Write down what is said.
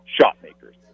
shot-makers